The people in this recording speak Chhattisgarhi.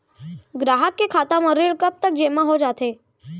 ग्राहक के खाता म ऋण कब तक जेमा हो जाथे?